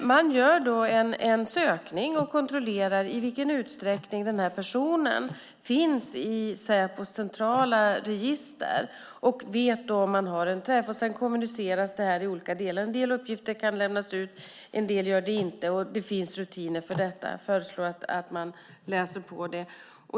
De gör en sökning och kontrollerar i vilken utsträckning en person finns i Säpos centrala register och vet då om det blir en träff. Sedan kommuniceras det i olika delar. En del uppgifter kan lämnas ut, och en del lämnas inte ut. Det finns rutiner för detta. Jag föreslår att man läser på det.